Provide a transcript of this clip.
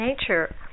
nature